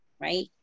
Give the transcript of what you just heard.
right